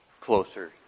closer